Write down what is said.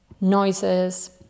noises